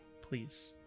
Please